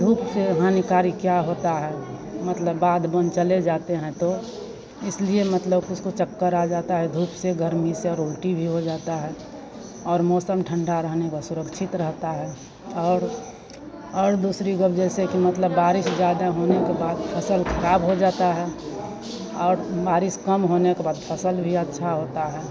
धूप से हानिकारिक क्या होता है मतलब बाद बन चले जाते हैं तो इसलिए मतलब कि उसको चक्कर आ जाता है धूप से गर्मी से और उल्टी भी हो जाता है और मौसम ठंडा रहने वह सुरक्षित रहता है और और दूसरी को अब जैसे कि मतलब बारिश ज़्यादा होने के बाद फसल खराब हो जाता है और बारिश कम होने के बाद फसल भी अच्छी होती है